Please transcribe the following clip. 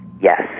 Yes